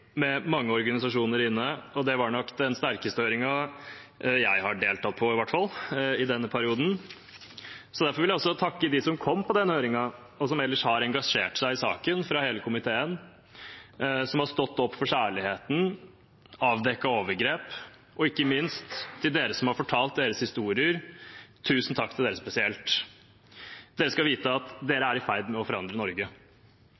med mange organisasjoner inne, og det var nok den sterkeste høringen i hvert fall jeg har deltatt på i denne perioden. Derfor vil jeg også på vegne av hele komiteen takke dem som kom til denne høringen, og som ellers har engasjert seg i saken, dem som har stått opp for kjærligheten og avdekket overgrep, og ikke minst dem som har fortalt sine historier – tusen takk til dere spesielt. Dere skal vite at